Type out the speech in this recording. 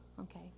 Okay